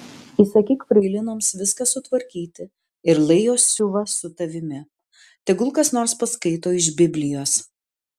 įsakyk freilinoms viską sutvarkyti ir lai jos siuva su tavimi tegul kas nors paskaito iš biblijos